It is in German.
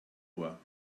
ohr